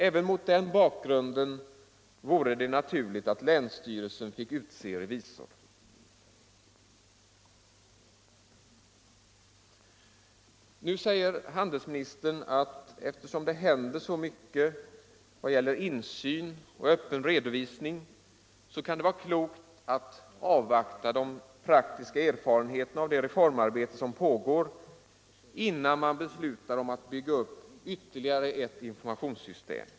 Även mot den bakgrunden vore det naturligt att länsstyrelsen fick utse revisor. Handelsministern säger i svaret att eftersom det händer så mycket i fråga om insyn och öppen redovisning ”kan det vara klokt att avvakta de praktiska erfarenheterna av detta reformarbete innan man beslutar om att bygga upp ytterligare ett informationssystem”.